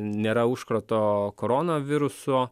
nėra užkrato koronaviruso